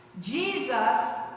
jesus